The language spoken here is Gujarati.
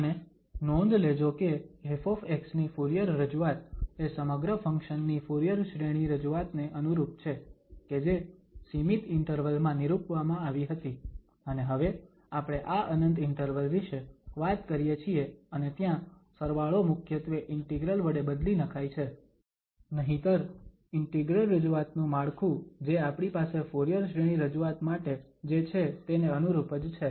અને નોંધ લેજો કે ƒ ની ફુરીયર રજૂઆત એ સમગ્ર ફંક્શન ની ફુરીયર શ્રેણી રજૂઆતને અનુરૂપ છે કે જે સીમિત ઇન્ટરવલ માં નિરુપવામાં આવી હતી અને હવે આપણે આ અનંત ઇન્ટરવલ વિષે વાત કરીએ છીએ અને ત્યાં સરવાળો મુખ્યત્વે ઇન્ટિગ્રલ વડે બદલી નખાય છે નહિતર ઇન્ટિગ્રલ રજૂઆત નુ માળખું જે આપણી પાસે ફુરીયર શ્રેણી રજૂઆત માટે જે છે તેને અનુરૂપ જ છે